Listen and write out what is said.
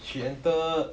she enter